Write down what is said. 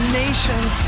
nations